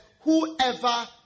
whoever